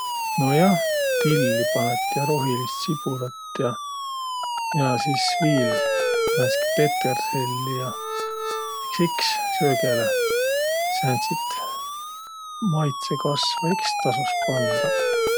Nojah, tilli panõt ja rohilist sibulat ja sis viil määnestki peterselli ja. Iks, iks, söögele sääntsit maitsõkasvõ iks tasos pandaq.